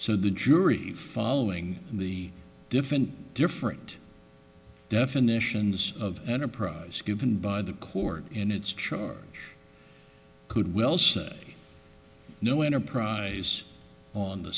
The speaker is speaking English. so the jury following the different different definitions of enterprise given by the court in its church could well say no enterprise on the